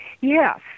Yes